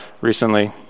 recently